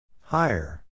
Higher